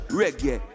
reggae